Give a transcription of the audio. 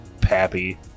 Pappy